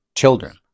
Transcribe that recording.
Children